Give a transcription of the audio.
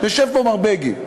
יושב פה מר בגין.